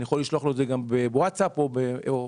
אני יכול לשלוח לו גם ב-ווטסאפ או ב-סמס